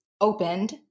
opened